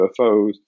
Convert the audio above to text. UFOs